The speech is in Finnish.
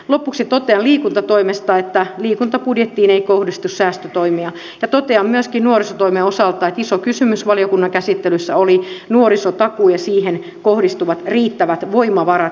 lopuksi totean liikuntatoimesta että liikuntabudjettiin ei kohdistu säästötoimia ja totean myöskin nuorisotoimen osalta että iso kysymys valiokunnan käsittelyssä oli nuorisotakuu ja siihen kohdistuvat riittävät voimavarat